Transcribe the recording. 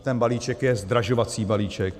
Ten balíček je zdražovací balíček.